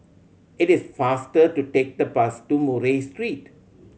it is faster to take the bus to Murray Street